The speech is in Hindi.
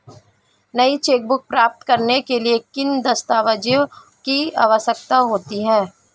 नई चेकबुक प्राप्त करने के लिए किन दस्तावेज़ों की आवश्यकता होती है?